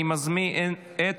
אני מזמין את